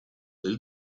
del